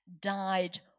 died